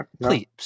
Please